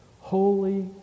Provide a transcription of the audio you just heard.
holy